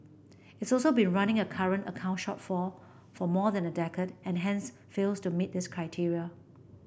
it's also been running a current account shortfall for more than a decade and hence fails to meet this criteria